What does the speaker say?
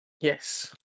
Yes